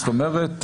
זאת אומרת,